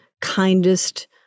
kindest